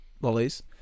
lollies